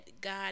God